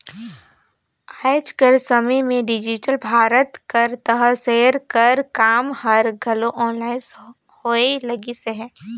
आएज कर समे में डिजिटल भारत कर तहत सेयर कर काम हर घलो आनलाईन होए लगिस अहे